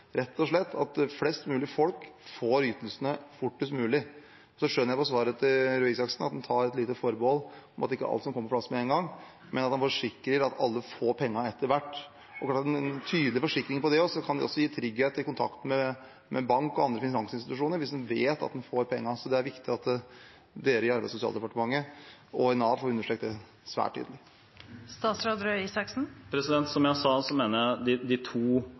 rett og slett at flest mulig folk får ytelsene fortest mulig. Jeg skjønner på svaret til Røe Isaksen at han tar et lite forbehold om at det ikke er alt som kommer på plass med en gang, men at han forsikrer at alle får pengene etter hvert. Det er klart at en tydelig forsikring om det kan også gi trygghet i kontakten med banker og andre finansinstitusjoner, hvis en vet at en får pengene, så det er viktig at man i Arbeids- og sosialdepartementet og i Nav får understreket det svært tydelig. Som jeg sa, mener jeg at de to